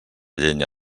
llenya